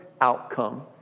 outcome